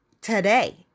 today